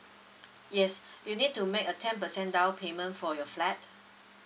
yes you need to make a ten percent down payment for your flat